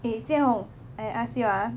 eh jia hong I ask you ah